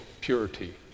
purity